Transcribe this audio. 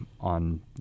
on